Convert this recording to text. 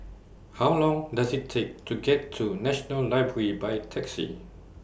How Long Does IT Take to get to National Library By Taxi